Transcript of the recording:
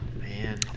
man